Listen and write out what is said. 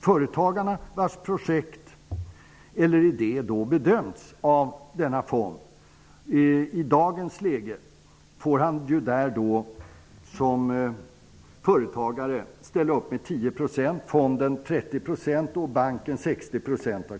Företagarna, vars projekt eller idé har bedömts av denna fond får ju i dagens läge ställa upp med 10 % av kapitalbehovet. Fonden ställer upp med 30 % och banken med 60 %.